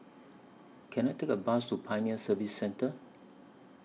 Can I Take A Bus to Pioneer Service Centre